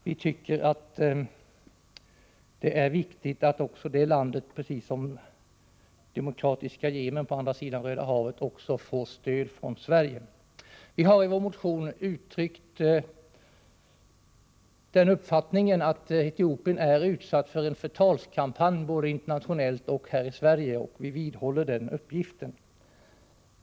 Vi tycker att det är riktigt att också det landet, precis som Demokratiska folkrepubliken Yemen på andra sidan Röda havet, får stöd från Sverige. I vår motion har vi uttryckt den uppfattningen att Etiopien är utsatt för en förtalskampanj, både internationellt och här i Sverige, och vi vidhåller den uppfattningen.